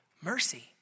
mercy